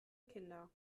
kinder